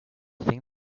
think